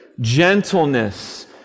gentleness